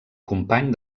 company